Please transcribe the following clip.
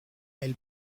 elle